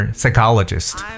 psychologist